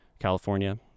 California